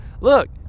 Look